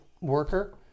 worker